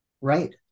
Right